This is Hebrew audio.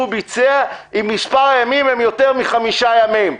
ביצע אם מספר הימים הם יותר מחמישה ימים.